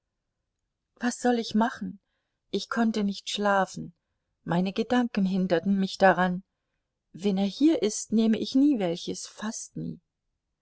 was sollte ich machen ich konnte nicht schlafen meine gedanken hinderten mich daran wenn er hier ist nehme ich nie welches fast nie